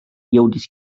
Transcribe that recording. jõudis